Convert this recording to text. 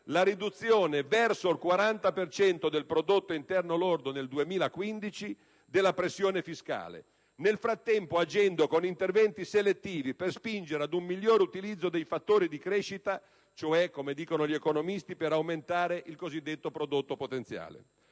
la riduzione - verso il 40 per cento del prodotto interno lordo nel 2015 - della pressione fiscale; nel frattempo agendo con interventi selettivi per spingere ad un migliore utilizzo dei fattori di crescita, cioè - come dicono gli economisti - per aumentare il cosiddetto prodotto potenziale.